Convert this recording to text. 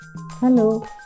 Hello